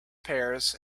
pears